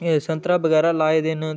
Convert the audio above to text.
संतरा बगैरा लाए दे न ते